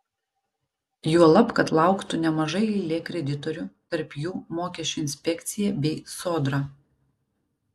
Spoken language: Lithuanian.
juolab kad lauktų nemaža eilė kreditorių tarp jų mokesčių inspekcija bei sodra